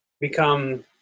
become